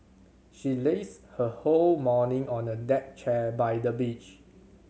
she lazed her whole morning on a deck chair by the beach